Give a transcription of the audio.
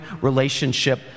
relationship